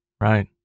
Right